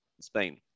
Spain